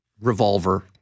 Revolver